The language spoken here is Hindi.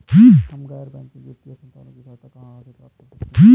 हम गैर बैंकिंग वित्तीय संस्थानों की सहायता कहाँ से प्राप्त कर सकते हैं?